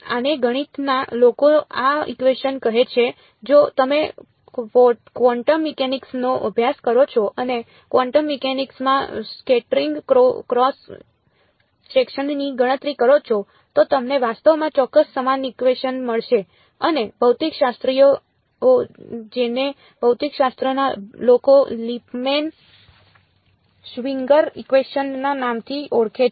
આને ગણિતના લોકો આ ઇકવેશન કહે છે જો તમે ક્વોન્ટમ મિકેનિક્સનો અભ્યાસ કરો છો અને ક્વોન્ટમ મિકેનિક્સમાં સ્કેટરિંગ ક્રોસ સેક્શનની ગણતરી કરો છો તો તમને વાસ્તવમાં ચોક્કસ સમાન ઇકવેશન મળશે અને ભૌતિકશાસ્ત્રીઓ જેને ભૌતિકશાસ્ત્રના લોકો લિપમેન શ્વિંગર ઇકવેશન ના નામથી ઓળખે છે